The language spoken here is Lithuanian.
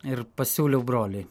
ir pasiūliau broliui